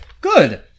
Good